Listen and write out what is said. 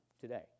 today